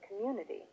community